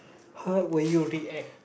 how will you react